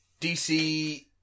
DC